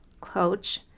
coach